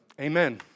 Amen